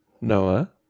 Noah